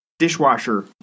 dishwasher